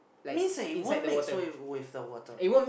means that it won't mix with with the water